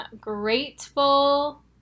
grateful